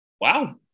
Wow